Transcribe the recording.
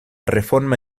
reforma